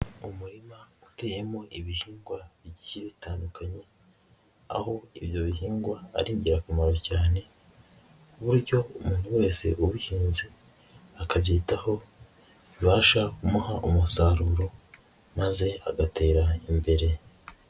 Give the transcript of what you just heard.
Umurima uteyemo ibihingwa bigiye bitandukanye, aho ibyo bihingwa ari ingirakamaro cyane, ku buryo umuntu wese ubihinze akabyitaho bibasha kumuha umusaruro maze agatera imbere.